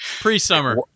Pre-summer